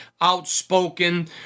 outspoken